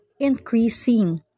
increasing